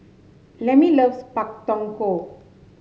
Lemmie loves Pak Thong Ko